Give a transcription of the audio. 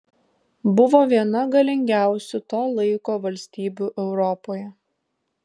buvo viena galingiausių to laiko valstybių europoje